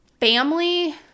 family